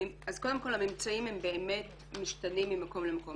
אז קודם כל הממצאים הם באמת משתנים ממקום למקום.